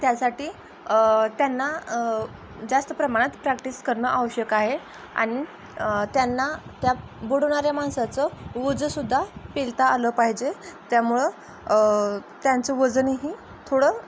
त्यासाठी त्यांना जास्त प्रमाणात प्रॅक्टिस करणं आवश्यक आहे आणि त्यांना त्या बुडवणाऱ्या माणसाचं ओझंसुद्धा पेलता आलं पाहिजे त्यामुळे त्यांचं वजनही थोडं